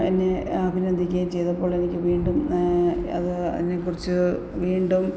എന്നെ അഭിനന്ദിക്കുകയും ചെയ്തപ്പോളെനിക്ക് വീണ്ടും അത് അതിനെക്കുറിച്ച് വീണ്ടും